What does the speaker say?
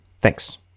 Thanks